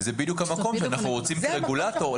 זה בדיוק המקום שאנחנו רוצים כרגולטור,